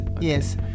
yes